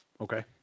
Okay